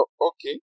okay